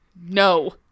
no